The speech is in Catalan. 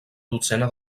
dotzena